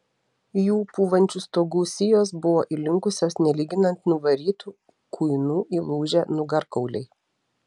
jų pūvančių stogų sijos buvo įlinkusios nelyginant nuvarytų kuinų įlūžę nugarkauliai